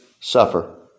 suffer